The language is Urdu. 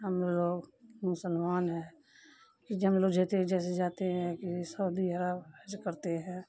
ہم لوگ مسلمان ہیں کہ جم لوگ جتنے جیسے جاتے ہیں کہ سعودی عرب حج کرتے ہیں